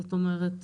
זאת אומרת,